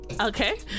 Okay